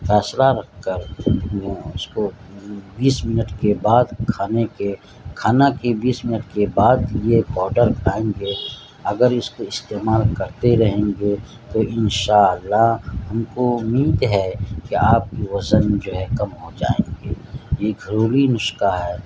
فاصلہ رکھ کر اس کو بیس منٹ کے بعد کھانے کے کھانا کے بیس منٹ کے بعد یہ پاؤڈر کھائیں گے اگر اس کو استعمال کرتے رہیں گے تو ان شاء اللہ ہم کو امید ہے کہ آپ کے وزن جو ہے کم ہو جائیں گے یہ ضروری نشکہ ہے